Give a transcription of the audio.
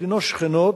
מדינות שכנות,